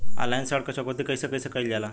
Online ऋण चुकौती कइसे कइसे कइल जाला?